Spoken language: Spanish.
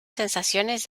sensaciones